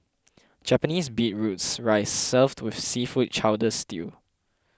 Japanese beetroots rice served with seafood chowder stew